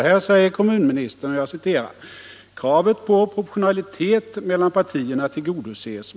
Jag citerar: ”Kravet på proportionalitet mellan partierna tillgodoses.